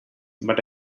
but